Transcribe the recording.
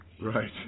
Right